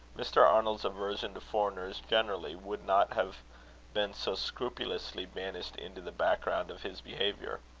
mr. arnold's aversion to foreigners generally would not have been so scrupulously banished into the background of his behaviour.